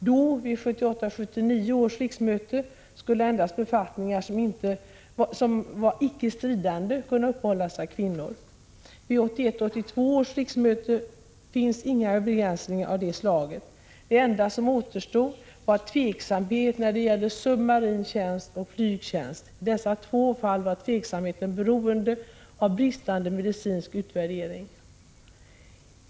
Då, vid 1978 82 års riksmöte gjordes inga begränsningar av detta slag, utan det enda som återstod var tveksamhet när det gällde submarin tjänst och flygtjänst. I dessa två fall var tveksamheten beroende av bristande medicinsk utvärdering.